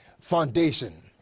foundation